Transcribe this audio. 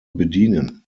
bedienen